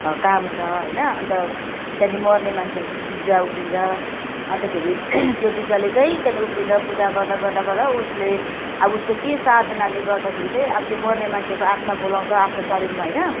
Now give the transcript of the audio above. काम्छ होइन अन्त त्यहाँदेखि मर्ने मान्छेलाई बिजुवा उफ्रन्छ अन्तखेरि त्यो बिजुवाले चाहिँ त्यहाँ उफ्रिन्दा पूजा गर्दा गर्दा गर्दा उसले अब उसको के साधनाले गर्दाखेरि चाहिँ अब त्यो मर्ने मान्छेको आत्मा बोलाउँछ आफ्नो शरिरमा होइन